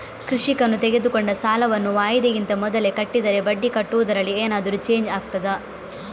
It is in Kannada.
ಕೃಷಿಕನು ತೆಗೆದುಕೊಂಡ ಸಾಲವನ್ನು ವಾಯಿದೆಗಿಂತ ಮೊದಲೇ ಕಟ್ಟಿದರೆ ಬಡ್ಡಿ ಕಟ್ಟುವುದರಲ್ಲಿ ಏನಾದರೂ ಚೇಂಜ್ ಆಗ್ತದಾ?